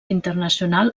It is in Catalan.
internacional